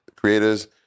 creators